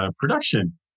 production